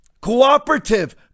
cooperative